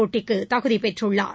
போட்டிக்குதகுதிபெற்றுள்ளார்